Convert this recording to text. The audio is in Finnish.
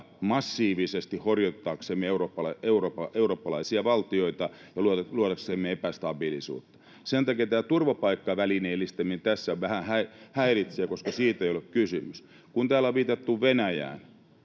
massiivisesti eurooppalaisten valtioiden horjuttamiseksi ja epästabiilisuuden luomiseksi. Sen takia tämä turvapaikkavälineellistäminen tässä vähän häiritsee, koska siitä ei ole kysymys. Kun täällä on viitattu Venäjään,